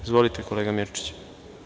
Izvolite, kolega Mirčiću.